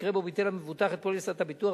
במקרה שבו ביטל מבוטח את פוליסת הביטוח,